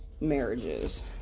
marriages